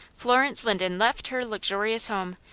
florence linden left her luxurious home,